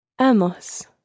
Amos